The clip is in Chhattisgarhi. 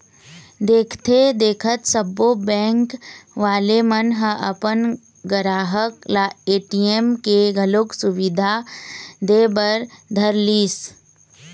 देखथे देखत सब्बो बेंक वाले मन ह अपन गराहक ल ए.टी.एम के घलोक सुबिधा दे बर धरलिस